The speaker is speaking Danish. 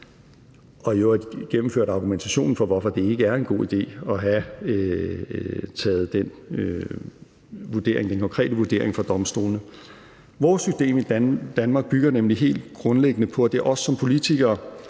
gennemførte han argumentationen for, hvorfor det ikke er en god idé at tage den konkrete vurdering fra domstolene. Vores idé med Danmark bygger nemlig helt grundlæggende på, at det er os som politikere,